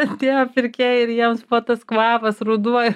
atėjo pirkėjai ir jiems buvo tas kvapas ruduo